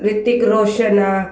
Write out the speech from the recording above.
रितिक रोशन आहे